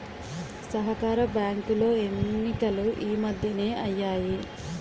సహకార బ్యాంకులో ఎన్నికలు ఈ మధ్యనే అయ్యాయి